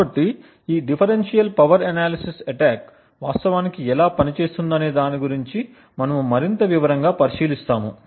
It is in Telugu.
కాబట్టి ఈ డిఫరెన్షియల్ పవర్ ఎనాలిసిస్ అటాక్ వాస్తవానికి ఎలా పనిచేస్తుందనే దాని గురించి మనము మరింత వివరంగా పరిశీలిస్తాము